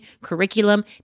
curriculum